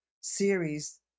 series